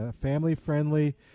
family-friendly